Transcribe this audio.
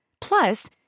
Plus